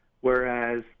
whereas